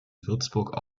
würzburg